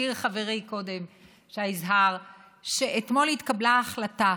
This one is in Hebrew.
הזכיר קודם חברי שי יזהר שאתמול התקבלה ההחלטה,